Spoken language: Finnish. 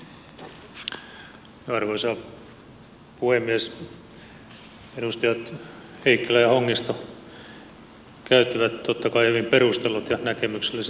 edustajat heikkilä ja hongisto käyttivät totta kai hyvin perustellut ja näkemykselliset puheenvuorot